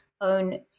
own